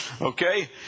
okay